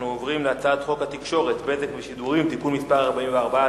אנחנו עוברים להצעת חוק התקשורת (בזק ושידורים) (תיקון מס' 44),